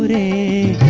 but a